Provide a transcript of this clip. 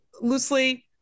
loosely